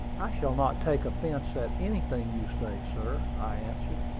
i shall not take offence at anything you say, sir, i answered.